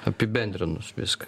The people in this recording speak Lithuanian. apibendrinus viską